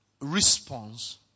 response